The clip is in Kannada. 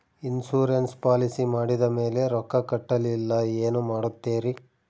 ಇನ್ಸೂರೆನ್ಸ್ ಪಾಲಿಸಿ ಮಾಡಿದ ಮೇಲೆ ರೊಕ್ಕ ಕಟ್ಟಲಿಲ್ಲ ಏನು ಮಾಡುತ್ತೇರಿ?